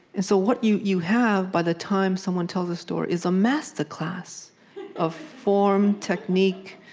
and so what you you have, by the time someone tells a story, is a masterclass of form, technique,